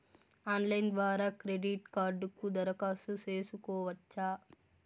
Online ద్వారా credit కార్డుకు దరఖాస్తు సేసుకోవచ్చా?